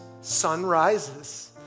sunrises